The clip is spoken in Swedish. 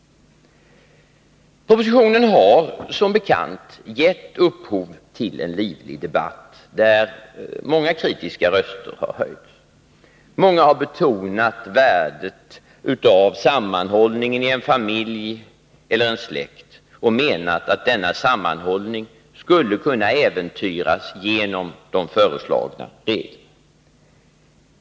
Propositionen har som bekant gett upphov till en livlig debatt, där åtskilliga kritiska röster har höjts. Många har betonat värdet av sammanhållningen i en familj eller en släkt och menat att denna sammanhållning skulle kunna äventyras genom de föreslagna reglerna.